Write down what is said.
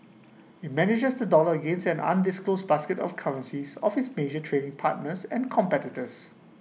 IT manages the dollar against an undisclosed basket of currencies of its major trading partners and competitors